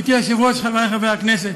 גברתי היושבת-ראש, חברי חברי הכנסת,